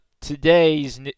today's